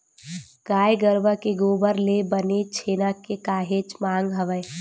गाय गरुवा के गोबर ले बने छेना के काहेच मांग हवय